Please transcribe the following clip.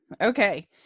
Okay